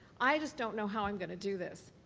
i just don't know how i'm going to do this.